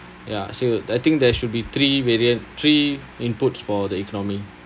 ya so I think there should be three variant three inputs for the economy